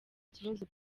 kibazo